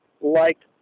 liked